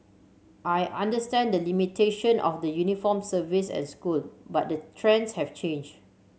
I understand the limitation of the uniformed service and school but the trends have changed